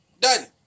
Done